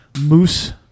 Moose